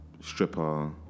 stripper